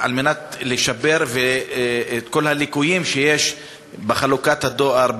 ולשפר את כל הליקויים שיש בחלוקת הדואר,